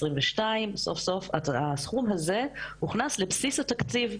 סוף סוף הסכום הזה הוכנס לבסיס התקציב,